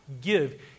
give